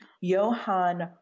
Johann